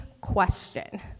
question